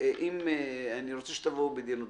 שאני רוצה שתבואו בדין ודברים.